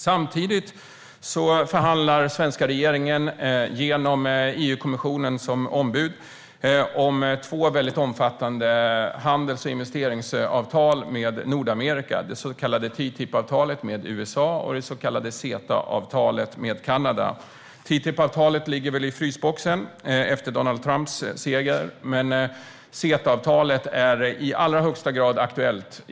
Samtidigt förhandlar den svenska regeringen, genom EU-kommissionen som ombud, om två mycket omfattande handels och investeringsavtal med Nordamerika: TTIP-avtalet med USA och CETA-avtalet med Kanada. TTIP ligger väl i frysboxen efter Donald Trumps seger, men CETA-avtalet är i allra högsta grad aktuellt.